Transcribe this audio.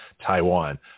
Taiwan